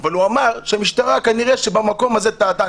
אבל הוא אמר שהמשטרה כנראה שבמקום הזה טעתה.